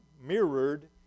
mirrored